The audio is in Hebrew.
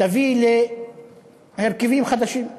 תביא להרכבים חדשים,